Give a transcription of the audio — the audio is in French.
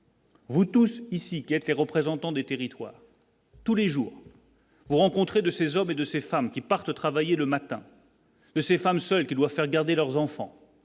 Vous tous ici, qui a été représentant des territoires tous les jours vous rencontrez de ces hommes et de ces femmes qui partent travailler le matin, de ces femmes seules qui doivent faire garder leurs enfants